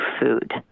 food